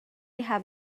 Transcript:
have